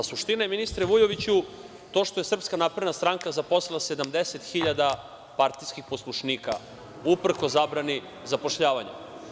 Suština je, ministre Vujoviću, to što je Srpska napredna stranka zaposlila 70 hiljada partijskih poslušnika, uprkos zabrani zapošljavanja.